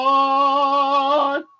Lord